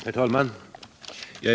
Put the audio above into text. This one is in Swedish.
Herr talman!